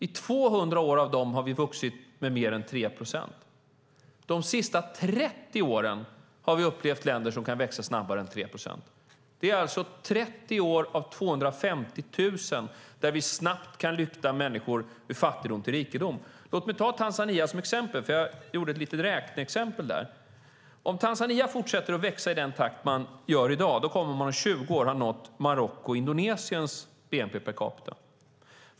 I 200 av dem har vi vuxit med mer än 3 procent. De senaste 30 åren har vi upplevt länder som kan växa snabbare än 3 procent. Det är alltså 30 år av 250 000 där vi snabbt kan lyfta människor ur fattigdom till rikedom. Låt mig ta Tanzania som exempel, för jag gjorde ett litet räkneexempel där. Om Tanzania fortsätter att växa i den takt man gör i dag kommer man om 20 år att ha nått Marockos och Indonesiens bnp per capita.